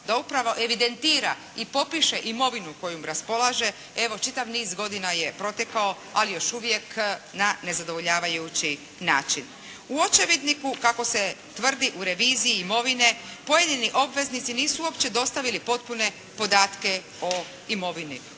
da upravo evidentira i popiše imovinu kojom raspolaže evo, čitav niz godina je protekao ali još uvijek na nezadovoljavajući način. U očevidniku kako se tvrdi u reviziji imovine pojedini obveznici nisu uopće dostavili potpune podatke o imovini.